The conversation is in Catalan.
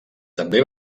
també